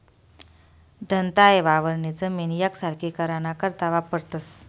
दंताये वावरनी जमीन येकसारखी कराना करता वापरतंस